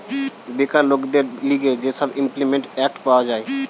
বেকার লোকদের লিগে যে সব ইমল্পিমেন্ট এক্ট পাওয়া যায়